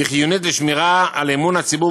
והיא חיונית לשמירה על אמון הציבור